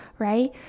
Right